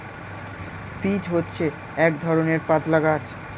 peach হচ্ছে এক ধরণের পাতলা গাছ